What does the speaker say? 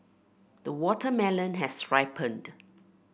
the watermelon has ripened